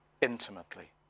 intimately